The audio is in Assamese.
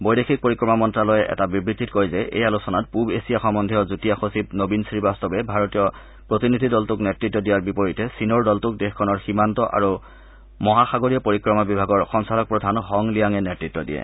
বৈদেশিক পৰিক্ৰমা মন্তালয়ে এটা বিবৃতিত কয় যে এই আলোচনাত পূব এছিয়া সম্বন্ধীয় যুটীয়া সচিব নবীন শ্ৰীবাস্তৱে ভাৰতীয় প্ৰতিনিধি দলটোক নেতৃত্ব দিয়াৰ বিপৰীতে চীনৰ দলটোক দেশখনৰ সীমান্ত আৰু মহাসাগৰীয় পৰিক্ৰমা বিভাগৰ সঞ্চালক প্ৰধান হং লিয়াঙে নেতৃত্ব দিয়ে